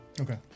Okay